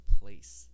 place